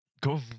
Go